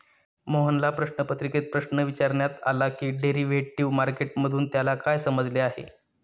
मोहनला प्रश्नपत्रिकेत प्रश्न विचारण्यात आला की डेरिव्हेटिव्ह मार्केट मधून त्याला काय समजले आहे?